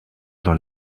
dans